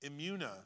imuna